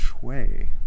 Shui